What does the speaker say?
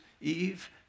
Eve